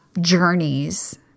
journeys